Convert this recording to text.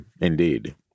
Indeed